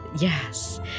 yes